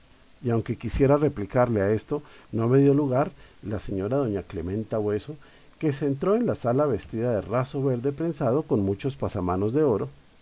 y aunque quisiera replicarle a esto no me dio lugar la señora doña clementa bueso que se entró en la sala vestida de raso verde prensado con muchos pasamanos de oro